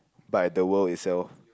by the world itself